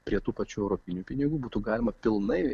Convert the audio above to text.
prie tų pačių europinių pinigų būtų galima pilnai